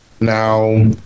Now